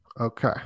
Okay